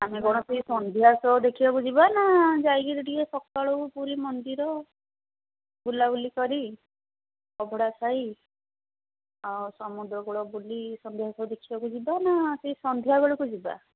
ଆମେ କ'ଣ ସେହି ସନ୍ଧ୍ୟା ଶୋ ଦେଖିବାକୁ ଯିବାନା ଯାଇକିରି ଟିକେ ସକାଳୁ ପୁରୀ ମନ୍ଦିର ବୁଲାବୁଲି କରି ଅଭଡ଼ା ଖାଇ ଆଉ ସମୁଦ୍ର କୂଳ ବୁଲି ସନ୍ଧ୍ୟା ଶୋ ଦେଖିବାକୁ ଯିବାନା ସେ ସନ୍ଧ୍ୟା ବେଳକୁ ଯିବା